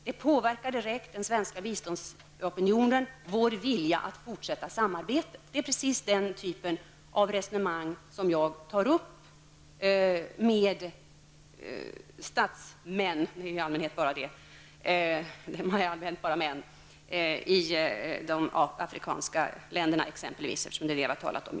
Det påverkar direkt den svenska biståndsopinionen, vår vilja att fortsätta samarbetet. Det är precis den typen av resonemang som jag tar upp med statsmän -- det är i allmänhet bara män -- i exempelvis de afrikanska länderna, som vi nu har talat om.